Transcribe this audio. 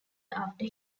after